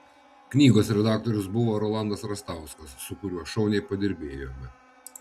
knygos redaktorius buvo rolandas rastauskas su kuriuo šauniai padirbėjome